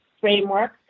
framework